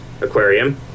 Aquarium